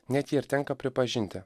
net jei ir tenka pripažinti